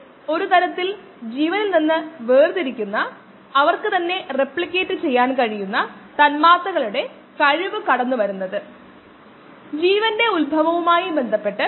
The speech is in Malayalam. rdkdxv ശ്രദ്ധിക്കുക rd എന്നത് സാന്ദ്രത കുറയുന്നതിന്റെ നിരക്ക് അതായത് യൂണിറ്റ് സമയത്തിന് സാന്ദ്രത കുറയുന്നു ഒരു യൂണിറ്റ് സമയത്തിന് ഒരു യൂണിറ്റ് വോളിയത്തിന്റെ മാസ്സ് അല്ലെങ്കിൽ കോശങ്ങളുടെ എണ്ണം